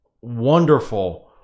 wonderful